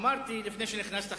אמרתי לפני שנכנסת,